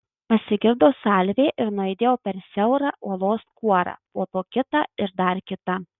pasigirdo salvė ir nuaidėjo per siaurą uolos kuorą po to kita ir dar kita